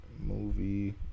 movie